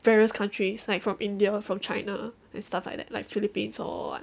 various countries like from india from china and stuff like that like philippines or what